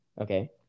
Okay